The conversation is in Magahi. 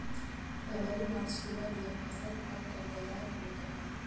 फरवरी मार्च के बाद यह फसल पक कर तैयार हो जा हई